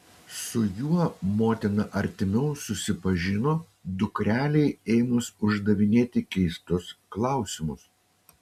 su juo motina artimiau susipažino dukrelei ėmus uždavinėti keistus klausimus